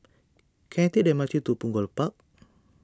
can I take the M R T to Punggol Park